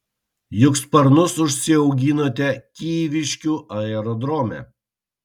juk sparnus užsiauginote kyviškių aerodrome